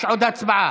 יש עוד הצבעה.